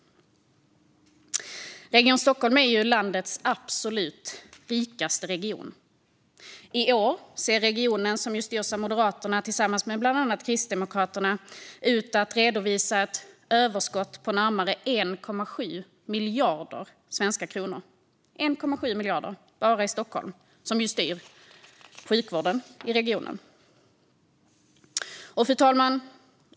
Region Stockholm är landets absolut rikaste region. Regionen, som styrs av Moderaterna tillsammans med bland andra Kristdemokraterna, ser i år ut att redovisa ett överskott på närmare 1,7 miljarder svenska kronor - 1,7 miljarder bara i Region Stockholm, som ju styr över sjukvården i Stockholm. Fru talman!